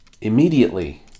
Immediately